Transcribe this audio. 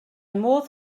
modd